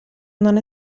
non